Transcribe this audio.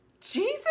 Jesus